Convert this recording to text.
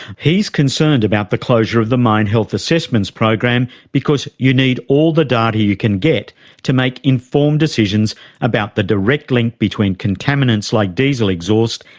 he's concerned about the closure of the mine health assessments program because you need all the data you can get to make informed decisions about the direct link between contaminants like diesel exhaust,